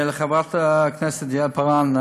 לחברת הכנסת יעל כהן-פארן,